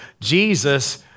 Jesus